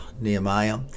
Nehemiah